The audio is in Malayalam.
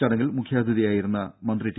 ചടങ്ങിൽ മുഖ്യാതിഥിയായിരുന്ന മന്ത്രി ടി